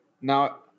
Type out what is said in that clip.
Now